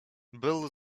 byl